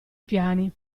piani